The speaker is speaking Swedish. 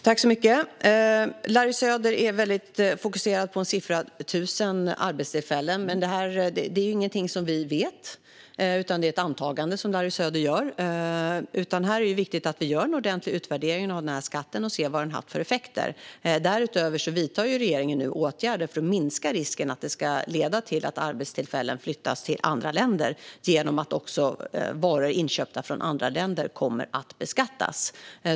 Herr talman! Larry Söder är väldigt fokuserad på siffran 1 000 arbetstillfällen. Men detta är inget vi vet utan ett antagande som Larry Söder gör. Det är viktigt att vi gör en ordentlig utvärdering av den här skatten och ser vad den har haft för effekter. Därutöver vidtar regeringen nu åtgärder för att minska risken för att den ska leda till att arbetstillfällen flyttas till andra länder genom att även varor inköpta från andra länder kommer att beskattas.